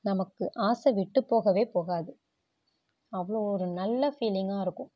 நமக்கு ஆசை விட்டு போகவே போகாது அவ்வளோ ஒரு நல்ல ஃபீலிங்காக இருக்கும்